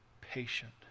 patient